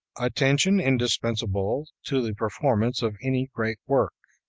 attention indispensable to the performance of any great work.